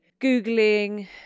Googling